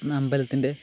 അമ്പലത്തിൻ്റെ